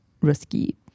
risky